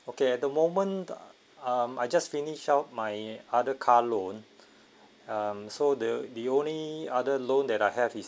okay at the moment um I just finish off my other car loan um so the the only other loan that I have is